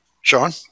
Sean